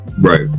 right